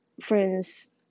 friends